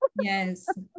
yes